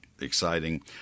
exciting